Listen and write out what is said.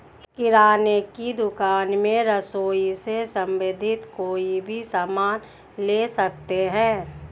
किराने की दुकान में रसोई से संबंधित कोई भी सामान ले सकते हैं